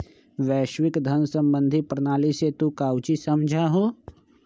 वैश्विक धन सम्बंधी प्रणाली से तू काउची समझा हुँ?